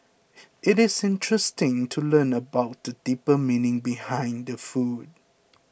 it is interesting to learn about the deeper meaning behind the food